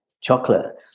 chocolate